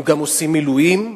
הם גם עושים מילואים,